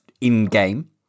in-game